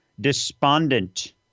despondent